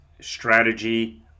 strategy